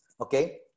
okay